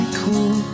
cool